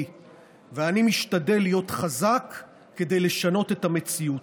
ואני משתדל להיות חזק כדי לשנות את המציאות,